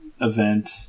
event